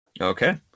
okay